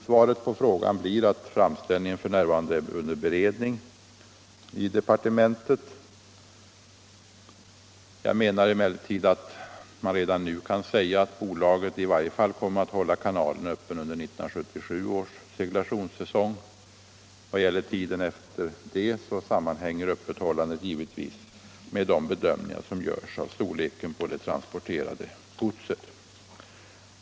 Svaret på frågan blir att framställningen f. n. är under beredning vid departementet. Jag menar emellertid att man redan nu kan säga att bolaget i vart fall kommer att hålla kanalen öppen under 1977 års seglationssäsong. Vad gäller tiden därefter sammanhänger öppethållandet givetvis med de bedömningar som görs av mängden transporterat gods.